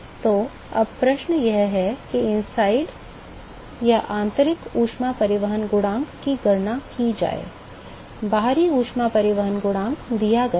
तो अब प्रश्न यह है कि आंतरिक ऊष्मा परिवहन गुणांक की गणना की जाए बाहरी ऊष्मा परिवहन गुणांक दिया गया है